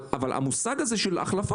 אבל המושג הזה של החלפה,